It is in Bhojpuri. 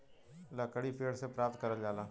लकड़ी पेड़ से प्राप्त करल जाला